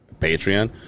Patreon